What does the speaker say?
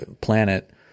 planet